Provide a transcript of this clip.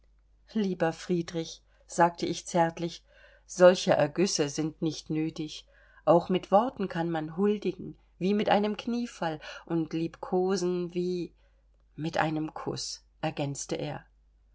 lieber friedrich sagte ich zärtlich solche ergüsse sind nicht nötig auch mit worten kann man huldigen wie mit einem kniefall und liebkosen wie mit einem kuß ergänzte er